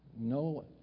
No